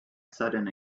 sudden